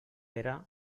era